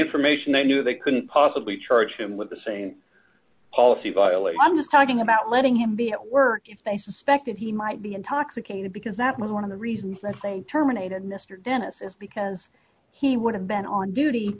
information they knew they couldn't possibly charge him with the same policy violation i'm talking about letting him be at work if they suspected he might be intoxicated because that was one of the reasons that they terminated mr dennis is because he would have been on duty